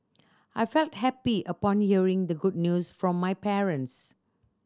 I felt happy upon hearing the good news from my parents